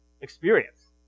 experience